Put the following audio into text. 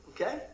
okay